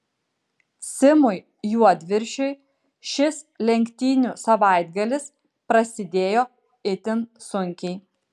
simui juodviršiui šis lenktynių savaitgalis prasidėjo itin sunkiai